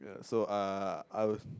so uh I will